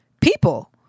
people